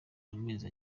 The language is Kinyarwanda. amezi